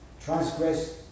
transgress